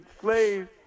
slaves